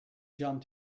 jump